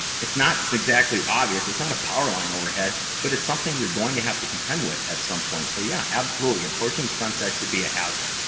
it's not exactly obvious. it's not a power line overhead, but it's something you're going to have to contend with at some point. so, yeah, absolutely. approaching sunset could be a hazard.